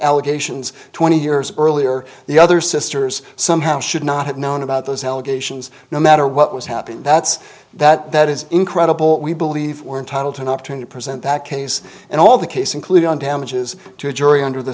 allegations twenty years earlier the other sisters somehow should not have known about those allegations no matter what was happened that's that is incredible we believe we're entitled to an opportunity to present that case and all the case including damages to a jury under the